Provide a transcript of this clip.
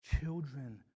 children